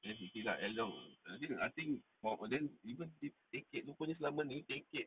I think I think for them even ticket tu rupanya selama ni ticket